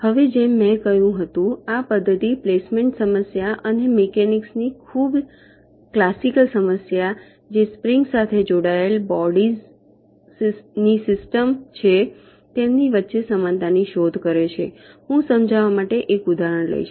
હવે જેમ મેં કહ્યું હતું આ પદ્ધતિ પ્લેસમેન્ટ સમસ્યા અને મિકેનિક્સ ની ખૂબ ક્લાસીકલ સમસ્યા જે સ્પ્રિંગ સાથે જોડાયેલ બોડીસની સિસ્ટમ છે તેની વચ્ચે સમાનતાની શોધ કરે છેહું સમજાવવા માટે એક ઉદાહરણ લઈશ